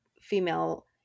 female